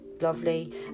lovely